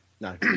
No